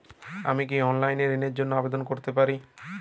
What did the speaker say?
আমি কি অনলাইন এ ঋণ র জন্য আবেদন করতে পারি?